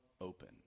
open